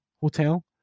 hotel